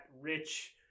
rich